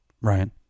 Ryan